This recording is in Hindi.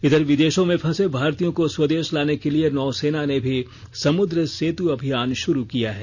इघर विदेशों में फंसे भारतीयों को स्वदेश लाने के लिए नौसेना ने भी समुद्र सेत् अभियान शुरू किया है